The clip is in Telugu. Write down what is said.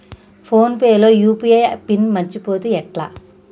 ఫోన్ పే లో యూ.పీ.ఐ పిన్ మరచిపోతే ఎట్లా?